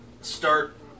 start